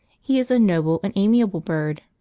he is a noble and amiable bird,